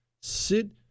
sit